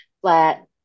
flat